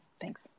Thanks